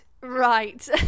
right